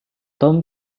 tom